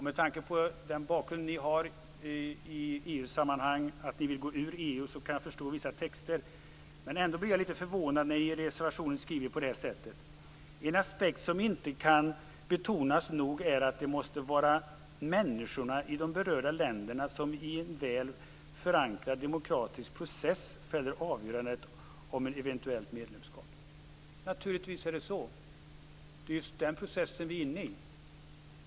Med tanke på den bakgrund ni har i EU sammanhang och på att ni vill gå ur EU kan jag förstå vissa texter. Ändå blir jag litet förvånad när ni i er reservation skriver på det här sättet: "En aspekt som inte kan betonas nog är att det måste vara människorna i de berörda länderna som i en väl förankrad demokratisk process fäller avgörandet om ett eventuellt medlemskap i EU." Naturligtvis är det så. Det är just den processen som vi är inne i.